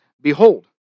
Behold